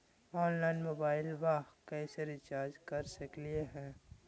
Online मोबाइलबा कैसे recharge कर सकलिए है?